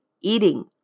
eating